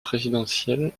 présidentiel